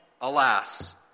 Alas